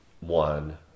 one